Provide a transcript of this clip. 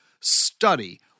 study